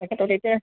তাকেতো তেতিয়া